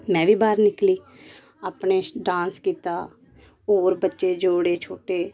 मैं बी बाहर निकली अपने डांस कीता और बच्चे जोड़े छोटे